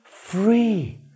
Free